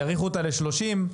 יאריכו אותה ל-30,